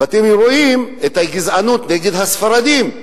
ואתם רואים את הגזענות נגד הספרדים,